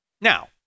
Now